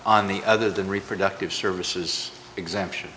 on the other than reproductive services exemption